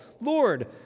Lord